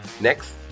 Next